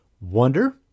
wonder